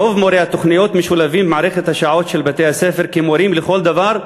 רוב מורי התוכניות משולבים במערכת השעות של בתי-הספר כמורים לכל דבר,